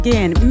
Again